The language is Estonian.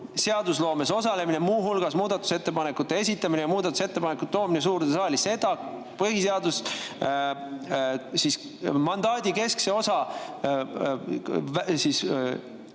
seadusloomes osalemine, muu hulgas muudatusettepanekute esitamine ja muudatusettepanekute toomine suurde saali. Seda mandaadi keskse osa